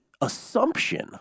assumption